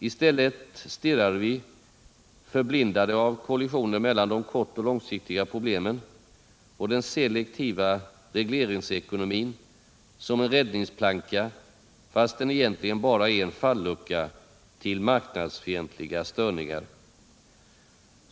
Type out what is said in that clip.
I stället stirrar vi, förblindade av kollisionen mellan de kortoch långsiktiga problemen, på den selektiva regleringsekonomin som en räddningsplanka, fastän den egentligen bara är en fallucka till marknadsfientliga störningar.